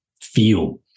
feel